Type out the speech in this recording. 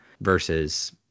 versus